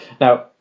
Now